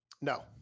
No